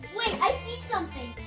wait i see something.